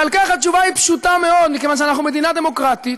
ועל כך התשובה היא פשוטה מאוד: מכיוון שאנחנו מדינה דמוקרטית,